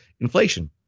inflation